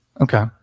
Okay